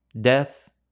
Death